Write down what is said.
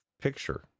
picture